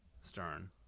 Stern